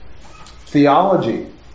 theology